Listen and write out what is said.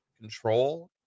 control